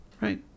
right